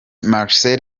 marcel